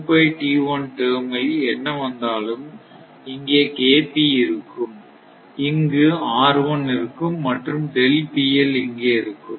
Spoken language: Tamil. டேர்ம் இல் என்ன வந்தாலும் இங்கே இருக்கும் இங்கு இருக்கும் மற்றும் இங்கே இருக்கும்